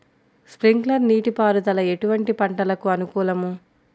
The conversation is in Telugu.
స్ప్రింక్లర్ నీటిపారుదల ఎటువంటి పంటలకు అనుకూలము?